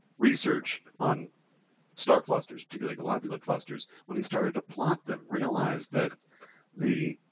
research on star clusters particularly globular clusters, when he started to plot them realized that the